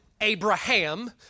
Abraham